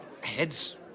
Heads